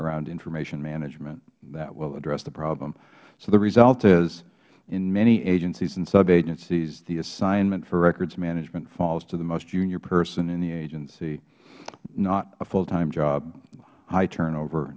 around information management that will address the problem so the result is in many agencies and subagencies the assignment for records management falls to the most junior person in the agency not a full time job high turnover